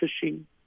fishing